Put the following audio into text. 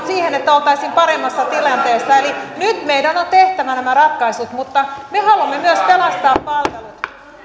siihen että oltaisiin paremmassa tilanteessa nyt meidän on tehtävä nämä ratkaisut mutta me me haluamme myös pelastaa palvelut